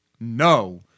no